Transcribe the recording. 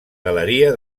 galeria